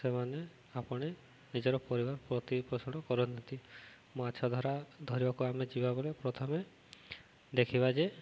ସେମାନେ ଆପଣାଇ ନିଜର ପରିବାର ପ୍ରତିପୋଷଣ କରନ୍ତି ମାଛ ଧରା ଧରିବାକୁ ଆମେ ଯିବାପରେ ପ୍ରଥମେ ଦେଖିବା ଯେ